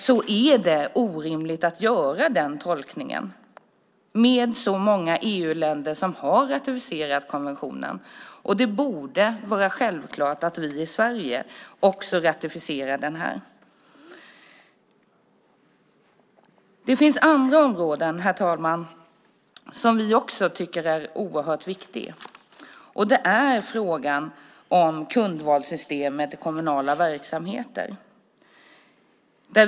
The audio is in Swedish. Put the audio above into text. Det är orimligt att göra den tolkningen med så många EU-länder som har ratificerat konventionen. Det borde vara självklart att också vi i Sverige ratificerar den. Herr talman! Det finns också andra områden som vi tycker är oerhört viktiga. Det gäller frågan om kundvalssystemet i kommunala verksamheter.